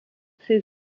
ses